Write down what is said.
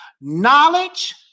knowledge